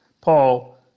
Paul